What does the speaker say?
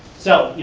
so,